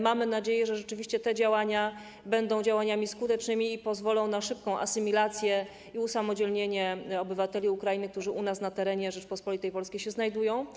Mamy nadzieję, że rzeczywiście te działania będą skuteczne i pozwolą na szybką asymilację i usamodzielnienie obywateli Ukrainy, którzy u nas, na terenie Rzeczypospolitej Polskiej, się znajdują.